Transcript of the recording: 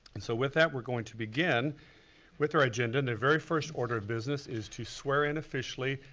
and so with that we're going to begin with our agenda and the very first order of business is to swear in officially,